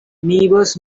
neighbors